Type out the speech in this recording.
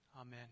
amen